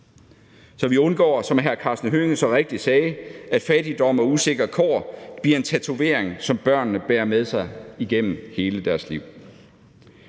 så vi undgår, som hr. Karsten Hønge så rigtigt sagde, at fattigdom og usikre kår bliver en tatovering, som børnene bærer med sig igennem hele deres liv.